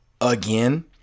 again